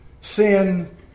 sin